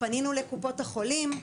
פנינו לקופות החולים,